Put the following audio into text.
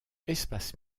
espace